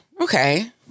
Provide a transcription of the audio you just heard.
okay